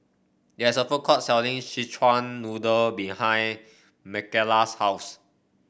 there's a food court selling Szechuan Noodle behind Makala's house